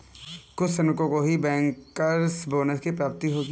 कुछ श्रमिकों को ही बैंकर्स बोनस की प्राप्ति होगी